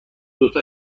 دوتا